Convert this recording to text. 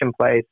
place